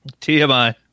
tmi